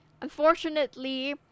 unfortunately